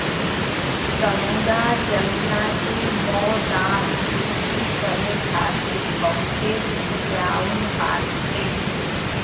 गंगा जमुना के मौदान खेती करे खातिर बहुते उपजाऊ बाटे